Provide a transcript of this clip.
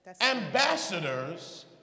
ambassadors